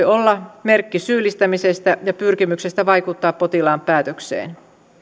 olla merkki syyllistämisestä ja pyrkimyksestä vaikuttaa potilaan päätökseen